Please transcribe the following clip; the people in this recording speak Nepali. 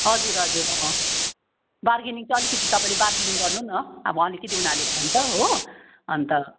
हजुर हजुर अँ बार्गेनिङ चाहिँ अलिकति तपाईँले बार्गेनिङ गर्नु न अब अलिकति उनीहरूले भन्छ हो अन्त